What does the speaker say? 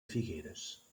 figueres